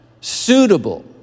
suitable